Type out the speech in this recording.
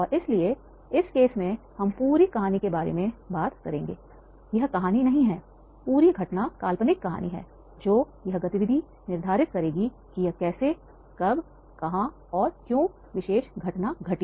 और इसलिए इस केस में हम पूरी कहानी के बारे में बात करेंगे यह कहानी नहीं है पूरी घटना काल्पनिक कहानी हैजो गतिविधि यह निर्धारित करेगी कि यह कैसे कब कहाँ और क्यों विशेष घटना घटी